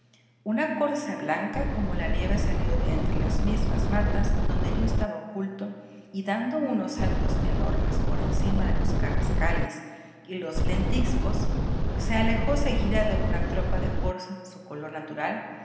una corza blanca como la nieve salió de entre las mismas matas en donde yo estaba oculto y dando unos saltos enormes por encima de los carrascales y los lentiscos se alejó seguida de una tropa de corzas de su color natural